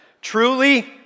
truly